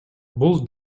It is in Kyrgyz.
бул